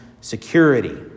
security